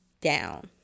down